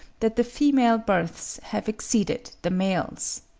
that the female births have exceeded the males.